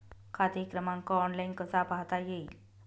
खाते क्रमांक ऑनलाइन कसा पाहता येईल?